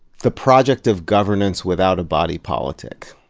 the project of governance without a body politic.